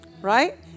Right